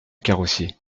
carrossier